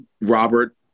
Robert